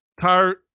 tire